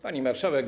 Pani Marszałek!